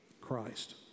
Christ